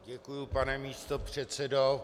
Děkuji, pane místopředsedo.